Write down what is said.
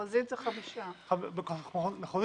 במחוזית זה חמישה חברים.